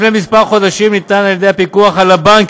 לפני כמה חודשים ניתן על ידי הפיקוח על הבנקים,